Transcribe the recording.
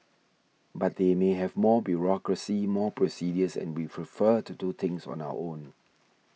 but they may have more bureaucracy more procedures and we prefer to do things on our own